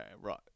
right